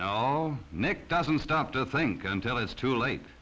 no nick doesn't stop to think until it's too late